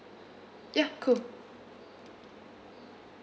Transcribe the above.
ya cool